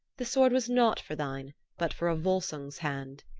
the sword was not for thine, but for a volsung's hand.